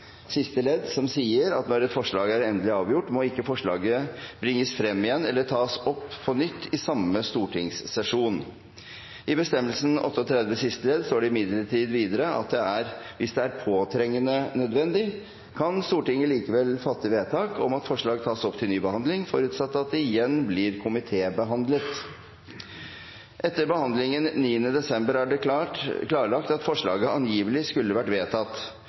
et forslag er endelig avgjort, må forslaget ikke bringes frem igjen eller tas opp på nytt i samme stortingssesjon.» I bestemmelsen i § 38 siste ledd står det imidlertid videre: «Er det påtrengende nødvendig, kan Stortinget likevel fatte vedtak om at et forslag tar opp til ny behandling, forutsatt at det igjen blir komitébehandlet.» Etter behandlingen 9. desember er det klarlagt at forslaget angivelig skulle vært vedtatt,